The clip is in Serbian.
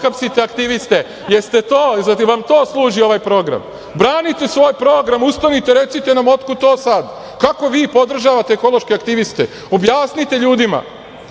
pohapsite aktiviste? Jel vam za to služi ovaj program? Branite svoj program, ustanite i recite nam otkud to sad? Kako vi podržavate ekološke aktiviste? Objasnite ljudima. Ima